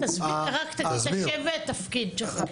תגיד את השם ואת התפקיד שלך.